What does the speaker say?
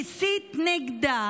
הסית נגדה,